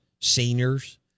seniors